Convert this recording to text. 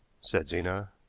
said zena.